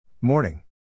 Morning